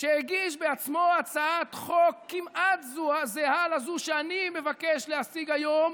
שהגיש בעצמו הצעת חוק כמעט זהה לזו שאני מבקש להציג היום,